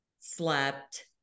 slept